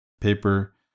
paper